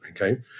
Okay